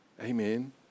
Amen